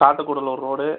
Sathukudalur road